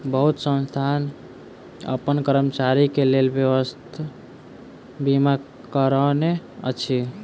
बहुत संस्थान अपन कर्मचारी के लेल स्वास्थ बीमा करौने अछि